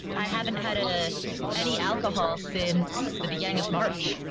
i haven't had ah any alcohol since the beginning of march.